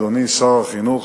אדוני שר החינוך,